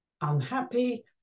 unhappy